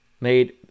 made